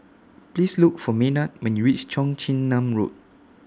Please Look For Maynard when YOU REACH Cheong Chin Nam Road